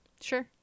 Sure